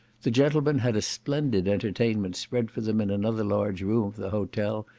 the gentlemen had a splendid entertainment spread for them in another large room of the hotel,